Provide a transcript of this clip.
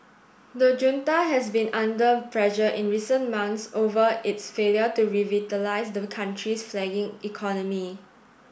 the junta has been under pressure in recent months over its failure to revitalise the country's flagging economy